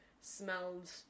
smelled